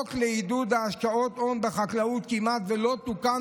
החוק לעידוד השקעות הון בחקלאות כמעט שלא תוקן